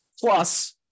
Plus